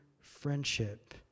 friendship